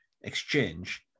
exchange